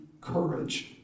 courage